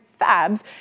fabs